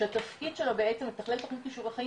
שהתפקיד שלו הוא בעצם לתכלל תוכנית כישורי חיים